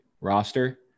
roster